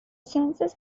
census